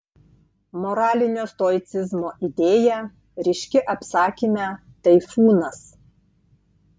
moralinio stoicizmo idėja ryški apsakyme taifūnas